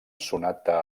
sonata